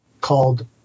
called